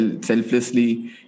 selflessly